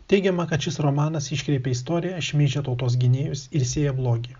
teigiama kad šis romanas iškreipia istoriją šmeižia tautos gynėjus ir sėja blogį